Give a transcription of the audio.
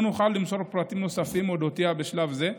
לא נוכל למסור פרטים נוספים על אודותיה בשלב זה.